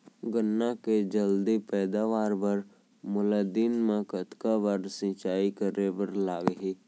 गन्ना के जलदी पैदावार बर, मोला दिन मा कतका बार सिंचाई करे बर लागही?